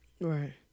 Right